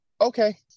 okay